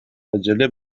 عجله